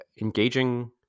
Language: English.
engaging